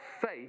faith